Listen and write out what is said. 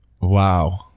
wow